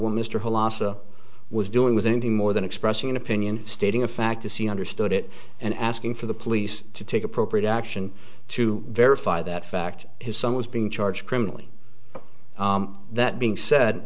asa was doing was anything more than expressing an opinion stating a fact to see understood it and asking for the police to take appropriate action to verify that fact his son was being charged criminally that being said